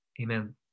amen